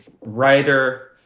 writer